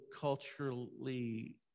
culturally